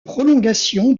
prolongation